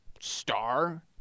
star